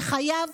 שחייו